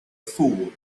fool